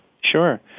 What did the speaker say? Sure